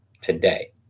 today